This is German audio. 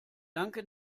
danke